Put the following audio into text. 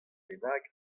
bennak